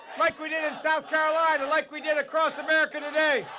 like we did in south carolina, like we did across america today,